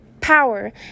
power